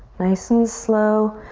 nice and slow.